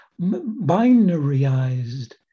binaryized